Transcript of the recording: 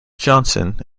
johnson